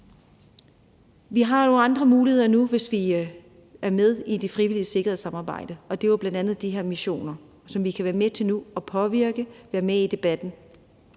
Vi har jo andre muligheder nu, hvis vi er med i det frivillige sikkerhedssamarbejde, og det er jo bl.a. de her missioner, som vi nu kan være med til at påvirke og være med i debatten